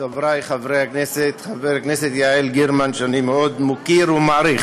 חברת הכנסת יעל גרמן, שאני מאוד מוקיר ומעריך,